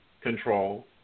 control